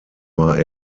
war